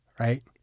Right